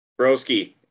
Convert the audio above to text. Broski